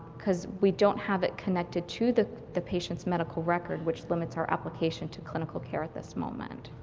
because we don't have it connected to the the patient's medical record which limits our application to clinical care a at this moment.